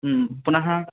पुनः